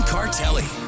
Cartelli